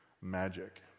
magic